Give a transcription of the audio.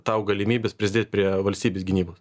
tau galimybės prisdėt prie valstybės gynybos